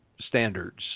standards